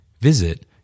Visit